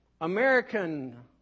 American